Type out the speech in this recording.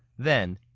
then,